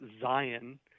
Zion